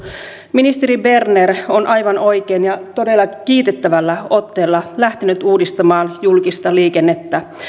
ministeri berner on aivan oikein ja todella kiitettävällä otteella lähtenyt uudistamaan julkista liikennettä